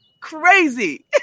crazy